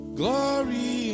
glory